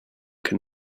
can